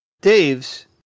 Dave's